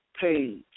page